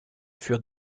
furent